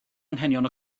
anghenion